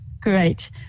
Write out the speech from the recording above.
great